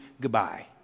Goodbye